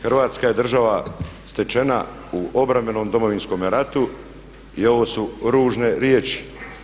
Hrvatska je država stečena u obrambenom Domovinskome ratu i ovo su ružne riječi.